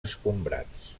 escombrats